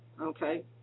okay